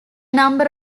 number